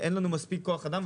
אין לנו מספיק כוח אדם.